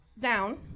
down